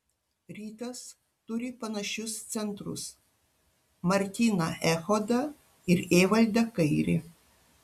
rytas turi panašius centrus martyną echodą ir evaldą kairį